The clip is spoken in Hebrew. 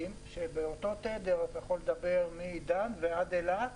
שבאותו התדר אתה יכול לדבר מדן ועד אילת